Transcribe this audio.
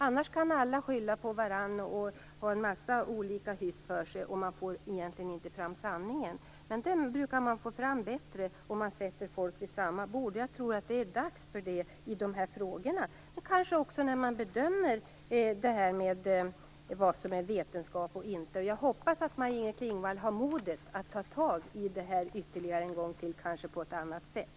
Annars kan alla skylla på varandra och ha en mängd olika hyss för sig. Man får egentligen inte fram sanningen. Den brukar man få fram bättre om man sätter folk vid samma bord. Jag tror att det är dags för det i de här frågorna och kanske även när man bedömer vad som är vetenskap och inte. Jag hoppas att Maj-Inger Klingvall har modet att ta tag i detta ytterligare en gång, kanske på ett annat sätt.